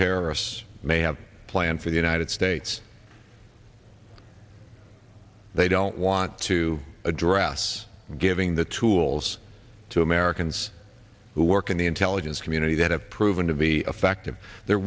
terrorists may have planned for the united states they don't want to address giving the tools to americans who work in the intelligence community that have proven to be effective they're